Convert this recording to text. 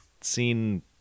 seen